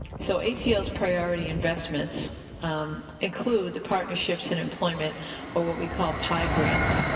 so acl's priority investments include the partnerships and employment or what we call pie grants.